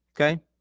okay